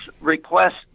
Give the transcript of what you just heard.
request